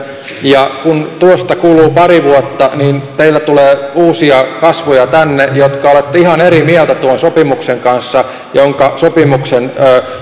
ja kun tuosta kuluu pari vuotta niin teille tulee teitä uusia kasvoja tänne jotka olette ihan eri mieltä tuon sopimuksen kanssa jonka